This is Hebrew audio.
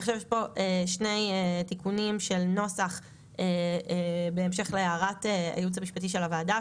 עכשיו יש פה שני תיקונים של נוסח בהמשך להערת הייעוץ המשפטי של הוועדה,